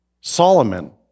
Solomon